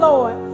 Lord